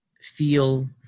feel